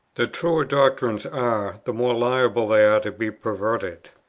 the truer doctrines are, the more liable they are to be perverted.